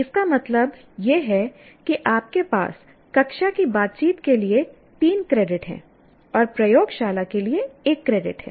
इसका मतलब यह है कि आपके पास कक्षा की बातचीत के लिए तीन क्रेडिट हैं और प्रयोगशाला के लिए एक क्रेडिट है